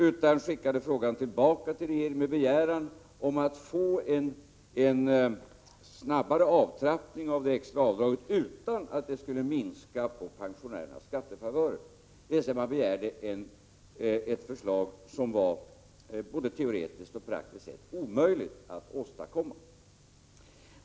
Man skickade frågan tillbaka till regeringen med en begäran om att få en snabbare avtrappning av det extra avdraget utan att det skulle minska pensionärernas skattefavörer. Man begärde ett förslag, som var både teoretiskt och praktiskt omöjligt att åstadkomma.